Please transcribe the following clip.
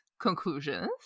conclusions